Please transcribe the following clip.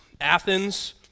Athens